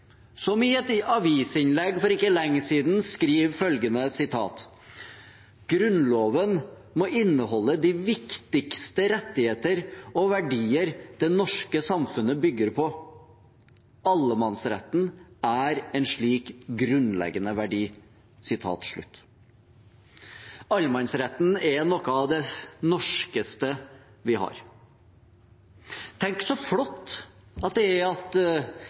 som i et avisinnlegg for ikke lenge siden skrev: «Grunnloven må inneholde de viktigste rettigheter og verdier det norske samfunnet bygger på. Allemannsretten er en slik grunnleggende verdi.» Allemannsretten er noe av det norskeste vi har. Tenk så flott det er at